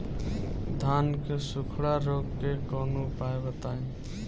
धान के सुखड़ा रोग के कौनोउपाय बताई?